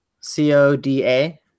C-O-D-A